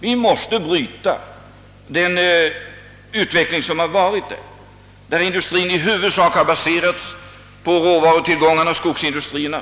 Vi måste bryta den utveckling som pågått där och som inneburit att industrin i huvudsak har baserats på råvarutillgångarna, dvs. skogsindustrierna.